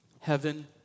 Heaven